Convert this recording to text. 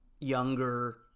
younger